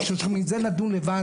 תודה רבה.